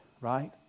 right